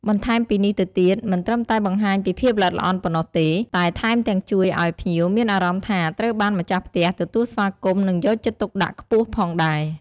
បន្ថែមពីនេះទៅទៀត មិនត្រឹមតែបង្ហាញពីភាពល្អិតល្អន់ប៉ុណ្ណោះទេ តែថែមទាំងជួយឲ្យភ្ញៀវមានអារម្មណ៍ថាត្រូវបានម្ខាស់ផ្ទះទទួលស្វាគមន៍ និងយកចិត្តទុកដាក់ខ្ពស់ផងដែរ។